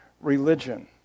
religion